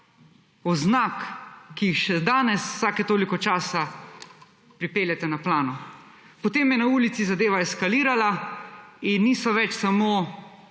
oznak, ki jih še danes vsake toliko časa pripeljete na plano. Potem je na ulici zadeva eskalirala in niso več samo